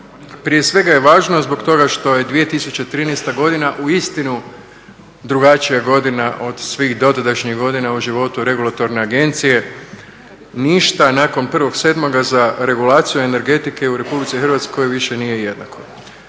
prije svega je važno a zbog toga što je 2013. godina uistinu drugačija godina od svih dotadašnjih godina u životu Regulatorne agencije. Ništa nakon 1.7. za regulaciju energetike u Republici Hrvatskoj više nije jednako.